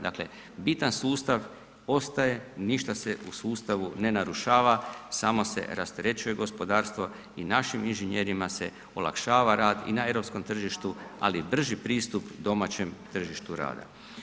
Dakle, bitan sustav ostaje, ništa se u sustavu ne narušava, samo se rasterećuje gospodarstvo i našim inženjerima se olakšava rad i na europskim tržištu ali i brži pristup domaćem tržištu rada.